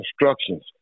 instructions